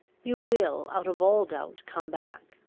you will, out of all doubt, come back.